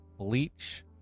Bleach